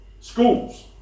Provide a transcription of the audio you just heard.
schools